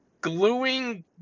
gluing